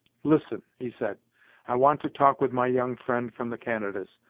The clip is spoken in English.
listen, he said i want to talk with my young friend from the canadas.